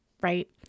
right